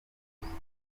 gutora